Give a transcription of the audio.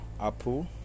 apple